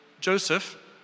Joseph